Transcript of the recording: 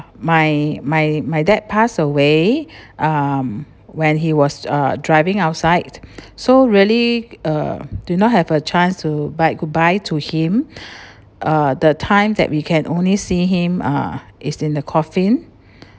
my my my dad passed away um when he was uh driving outside so really uh do not have a chance to bye goodbye to him uh the time that we can only see him uh is in the coffin